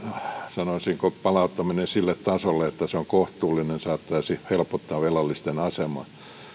sanoisinko palauttaminen sille tasolle että se on kohtuullinen saattaisi helpottaa velallisten asemaa